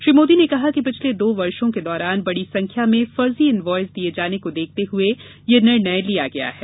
श्री मोदी ने कहा कि पिछले दो वर्षो के दौरान बड़ी संख्या में फर्जी इनवॉयस दिए जाने को देखते हुए यह निर्णय लिया गया है